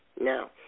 Now